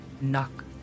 Knock